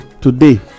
today